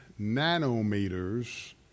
nanometers